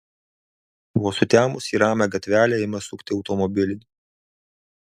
vos sutemus į ramią gatvelę ima sukti automobiliai